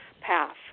path